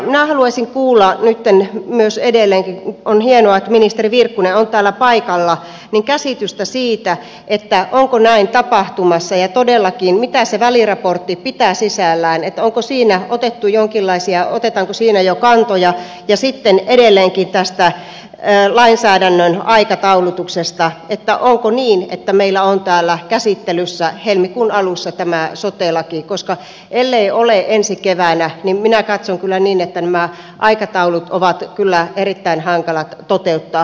minä haluaisin kuulla nyt myös edelleen on hienoa että ministeri virkkunen on täällä paikalla käsitystä siitä onko näin tapahtumassa ja todellakin mitä se väliraportti pitää sisällään että onko siinä otettu jonkilaisia otetaanko siinä jo kantoja ja edelleenkin tästä lainsäädännön aikataulutuksesta onko niin että meillä on täällä käsittelyssä helmikuun alussa tämä sote laki koska ellei ole ensi keväänä niin minä katson kyllä niin että nämä aikataulut ovat kyllä erittäin hankalat toteuttaa